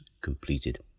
completed